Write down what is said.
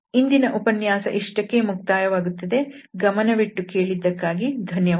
ಇಂದಿನ ಉಪನ್ಯಾಸ ಇಷ್ಟಕ್ಕೇ ಮುಕ್ತಾಯವಾಗುತ್ತದೆ ಗಮನವಿಟ್ಟು ಕೇಳಿದ್ದಕ್ಕಾಗಿ ಧನ್ಯವಾದಗಳು